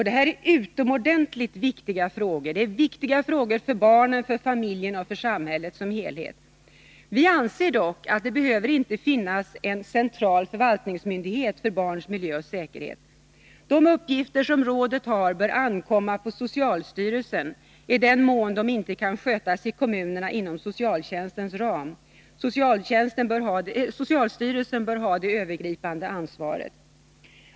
Detta är utomordentligt viktiga frågor — viktiga för barnen, familjen och samhället som helhet. Vi anser dock att det inte behöver finnas en central förvaltningsmyndighet för barns miljö och säkerhet. De uppgifter rådet har bör det ankomma på socialstyrelsen att sköta, i den mån de inte kan skötas i kommunerna inom socialtjänstens ram. Socialstyrelsen bör ha det övergripande ansvaret.